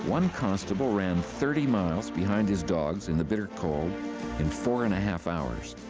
one constable ran thirty miles behind his dogs in the bitter cold in four and a half hours.